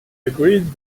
agreed